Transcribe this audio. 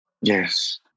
Yes